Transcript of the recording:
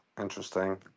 interesting